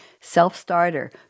self-starter